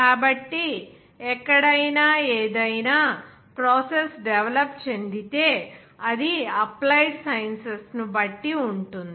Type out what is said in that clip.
కాబట్టి ఎక్కడైనా ఏదైనా ప్రాసెస్ డెవలప్ చెందితే అది అప్లైడ్ సైన్సెస్ ను బట్టి ఉంటుంది